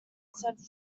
said